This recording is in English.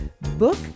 Book